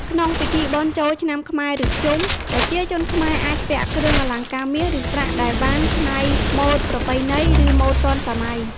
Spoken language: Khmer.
ក្នុងពិធីបុណ្យចូលឆ្នាំខ្មែរឬភ្ជុំបិណ្ឌ ប្រជាជនខ្មែរអាចពាក់គ្រឿងអលង្ការមាស ឬ ប្រាក់ដែលបាន ច្នៃម៉ូដប្រពៃណី ឬ ម៉ូដទាន់សម័យ។